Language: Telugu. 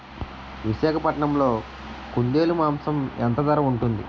విశాఖపట్నంలో కుందేలు మాంసం ఎంత ధర ఉంటుంది?